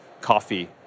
coffee